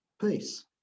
peace